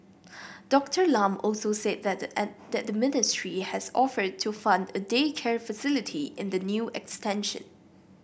Doctor Lam also said that the ministry has offered to fund a daycare facility in the new extension